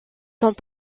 sont